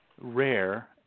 rare